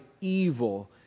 evil